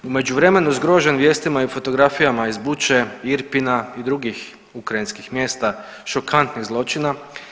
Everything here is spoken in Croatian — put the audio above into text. U međuvremenu zgrožen vijestima i fotografijama iz Buče, Irpina i drugih ukrajinskih mjesta šokantnih zločina.